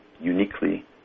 uniquely